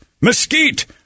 mesquite